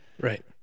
Right